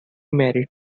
married